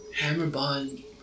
Hammerbond